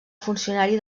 funcionari